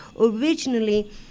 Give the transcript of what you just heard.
originally